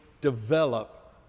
develop